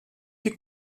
que